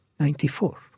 Ninety-four